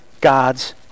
God's